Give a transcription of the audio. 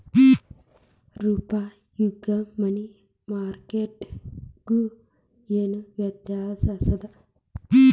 ರೂಪಾಯ್ಗು money market ಗು ಏನ್ ವ್ಯತ್ಯಾಸದ